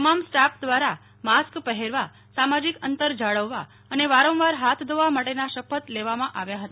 તમામ સ્ટાફ દ્વારા માસ્ક પહેરવા સામાજિક અંતર જાળવવા અને વારંવાર હાથ ધોવા માટેના શપથ લેવામાં આવ્યા હતા